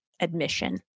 Admission